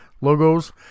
logos